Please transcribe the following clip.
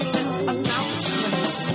announcements